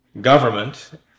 government